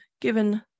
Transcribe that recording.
given